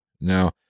Now